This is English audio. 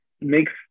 makes